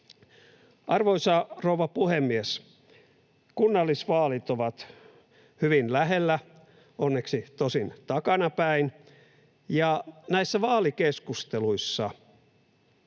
Arvoisa rouva puhemies! Kunnallisvaalit ovat hyvin lähellä, onneksi tosin takanapäin. Näissä vaalikeskusteluissa